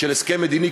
של הסכם מדיני,